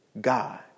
God